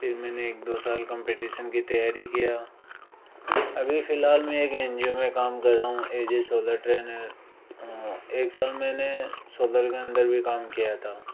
फिर मैंने एक दो साल कम्पेटीशन की तैयारी किया अभी फ़िलहाल मैं एक एन जी ओ में काम कर रहा हूँ ए जे सोलर ट्रैनर एक साल मैंने सोलर के अंदर भी काम किया था